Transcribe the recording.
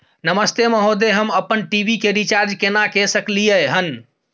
नमस्ते महोदय, हम अपन टी.वी के रिचार्ज केना के सकलियै हन?